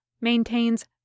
maintains